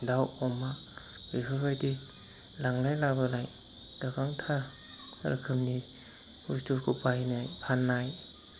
दाउ अमा बेफोरबायदि लांलाय लाबोलाय गोबांथार रोखोमनि बुस्थुफोरखौ बायनाय फाननाय